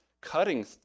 cutting